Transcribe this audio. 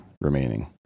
remaining